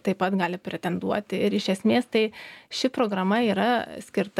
taip pat gali pretenduoti ir iš esmės tai ši programa yra skirta